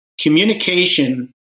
communication